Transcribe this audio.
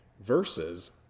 versus